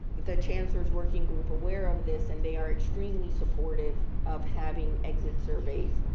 the chancellor's working group aware of this and they are extremely supportive of having exit surveys.